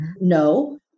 No